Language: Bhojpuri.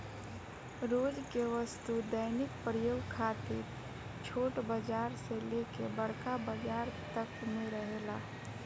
रोज के वस्तु दैनिक प्रयोग खातिर छोट बाजार से लेके बड़का बाजार तक में रहेला